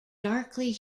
darkly